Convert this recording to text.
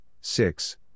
six